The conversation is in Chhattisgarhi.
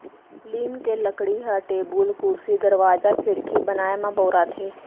लीम के लकड़ी ह टेबुल, कुरसी, दरवाजा, खिड़की बनाए म बउराथे